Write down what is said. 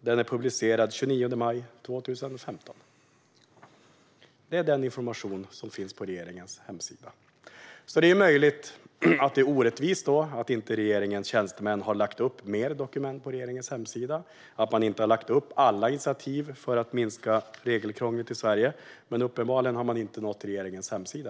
Den är publicerad den 29 maj 2015. Det är den information som finns på regeringens hemsida. Det är möjligt att det är orättvist att regeringens tjänstemän inte har lagt upp fler dokument på regeringens hemsida och att de inte har lagt upp alla initiativ för att minska regelkrånglet i Sverige. Men uppenbarligen har de i alla fall inte nått regeringens hemsida.